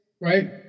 right